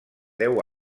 deu